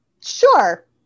Sure